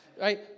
right